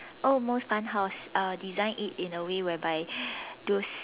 oh most fun house I will design it in a way whereby those